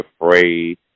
afraid